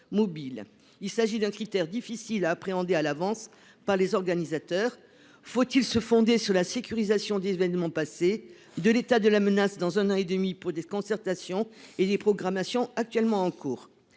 Il s'agit d'un critère difficile à appréhender à l'avance par les organisateurs : faut-il se fonder sur la sécurisation des événements passés ou sur l'état de la menace dans un an et demi pour des concertations et des programmations en cours ?